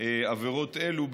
עבירות אלו,